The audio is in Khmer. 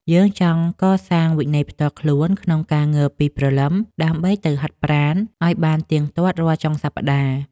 យើងចង់កសាងវិន័យផ្ទាល់ខ្លួនក្នុងការងើបពីព្រលឹម ដើម្បីទៅហាត់ប្រាណឱ្យបានទៀងទាត់រាល់ចុងសប្តាហ៍។